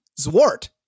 Zwart